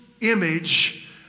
image